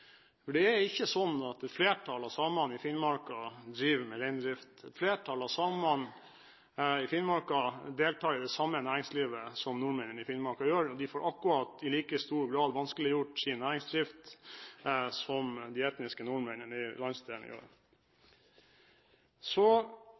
for det er ikke slik at flertallet av samene i Finnmark driver med reindrift. Flertallet av samene i Finnmark deltar i det samme næringslivet som nordmenn i Finnmark gjør, og de får i akkurat like stor grad vanskeliggjort sin næringsdrift som de etniske nordmennene i landsdelen gjør.